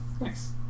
nice